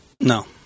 No